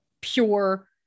pure